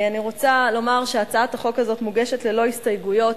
אני רוצה לומר שהצעת החוק הזה מוגשת ללא הסתייגויות.